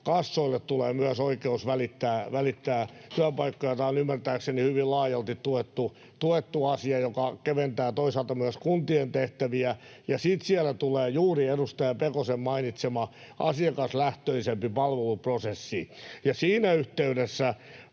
kassoille tulee myös oikeus välittää työpaikkoja. Tämä on ymmärtääkseni hyvin laajalti tuettu asia, joka keventää toisaalta myös kuntien tehtäviä. Sitten siellä tulee juuri edustaja Pekosen mainitsema asiakaslähtöisempi palveluprosessi, ja siinä yhteydessä